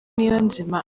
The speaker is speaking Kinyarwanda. niyonzima